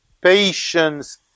Patience